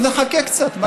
אז נחכה קצת.